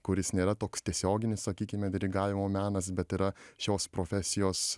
kuris nėra toks tiesioginis sakykime dirigavimo menas bet yra šios profesijos